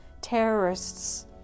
terrorists